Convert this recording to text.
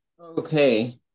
okay